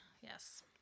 Yes